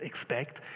expect